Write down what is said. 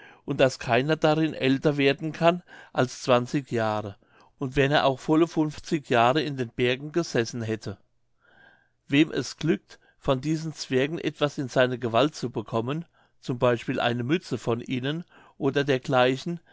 und daß keiner darin älter werden kann als zwanzig jahre und wenn er auch volle funfzig jahre in den bergen gesessen hätte wem es glückt von diesen zwergen etwas in seine gewalt zu bekommen z b eine mütze von ihnen oder dergleichen